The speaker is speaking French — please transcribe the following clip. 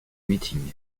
meeting